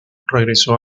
regresó